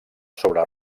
sobre